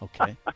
Okay